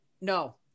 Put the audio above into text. no